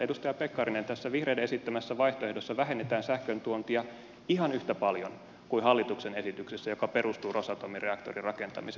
edustaja pekkarinen tässä vihreiden esittämässä vaihtoehdossa vähennetään sähköntuontia ihan yhtä paljon kuin hallituksen esityksessä joka perustuu rosatomin reaktorin rakentamiseen